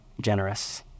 generous